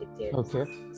Okay